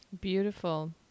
Beautiful